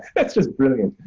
that's just brilliant,